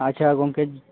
ᱟᱪᱪᱷᱟ ᱜᱚᱢᱠᱮ